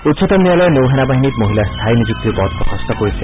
উচ্চতম ন্যায়ালয়ে নৌ সেনাবাহিনীত মহিলাৰ স্থায়ী নিযুক্তিৰ পথ প্ৰশস্ত কৰিছে